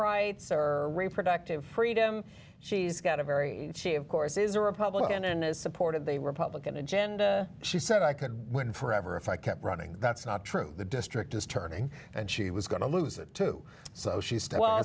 rights or reproductive freedom she's got a very she of course is a republican and has supported the republican agenda she said i could win forever if i kept running that's not true the district is turning and she was going to lose it too so she